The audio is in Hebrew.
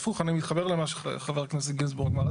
הפוך, אני מתחבר למה שחבר הכנסת גינזבורג אמר.